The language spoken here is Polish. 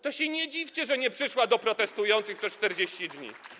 To się nie dziwcie, że nie przyszła do protestujących przez 40 dni.